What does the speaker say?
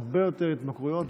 הרבה יותר התמכרויות,